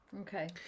Okay